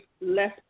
less